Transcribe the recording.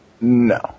No